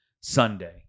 Sunday